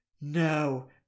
no